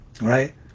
right